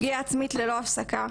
פגיעה עצמית ללא הפסקה,